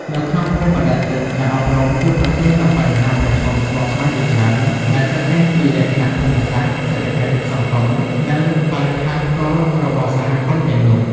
នៅក្នុងភូមិបណ្តែតទឹកការអប់រំជួបប្រទះនូវបញ្ហាប្រឈមស្មុគស្មាញជាច្រើន ដែលកើតចេញពីលក្ខណៈភូមិសាស្ត្រ សេដ្ឋកិច្ច សង្គម និងបរិស្ថានផ្ទាល់របស់សហគមន៍ទាំងនោះ។